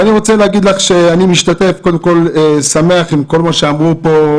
אני רוצה להגיד לך שאני שמח עם כל מה שאמרו פה,